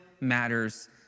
matters